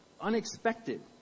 unexpected